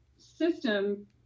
system